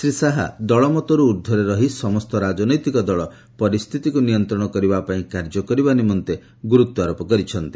ଶ୍ରୀ ଶାହା ଦଳମତରୁ ଉର୍ଦ୍ଧ୍ୱରେ ରହି ସମସ୍ତ ରାଜନୈତିକ ଦଳ ପରିସ୍ଥିତିକୁ ନିୟନ୍ତ୍ରଣ କରିବା ପାଇଁ କାର୍ଯ୍ୟ କରିବା ନିମନ୍ତେ ଗୁରୁତ୍ୱାରୋପ କରିଛନ୍ତି